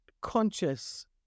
conscious